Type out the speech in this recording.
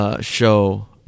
Show